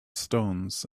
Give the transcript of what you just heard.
stones